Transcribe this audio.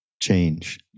change